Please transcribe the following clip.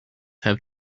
have